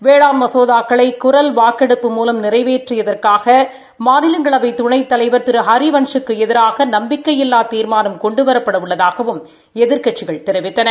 வேளாண் மசோதாக்களை குரல் வாக்கெடுப்பு மூலம் நிறைவேற்றியதற்காக மாநிலங்களவை துணைத்தலைர் ஹரிவன்ஸுக்கு எதிராக நம்பிக்கையில்லா தீர்மானம் கொண்டுவரப்பட உள்ளதாகவும் எதிர்க்கட்சிகள் திரு தெரிவித்தன